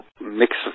mix